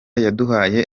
yaduhaye